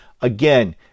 Again